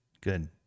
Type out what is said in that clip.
good